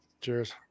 Cheers